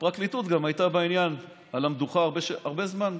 הפרקליטות גם הייתה בעניין על המדוכה הרבה זמן,